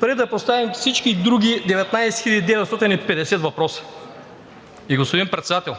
преди да поставим всички други 19 хил. 950 въпроса. Господин Председател,